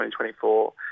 2024